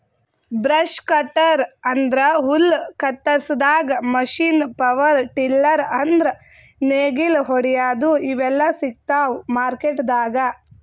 brush cutter ಅಂದ್ರ ಹುಲ್ಲ್ ಕತ್ತರಸಾದ್ ಮಷೀನ್ ಪವರ್ ಟಿಲ್ಲರ್ ಅಂದ್ರ್ ನೇಗಿಲ್ ಹೊಡ್ಯಾದು ಇವೆಲ್ಲಾ ಸಿಗ್ತಾವ್ ಮಾರ್ಕೆಟ್ದಾಗ್